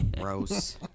Gross